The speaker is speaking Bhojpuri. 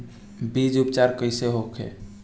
बीज उपचार कइसे होखे?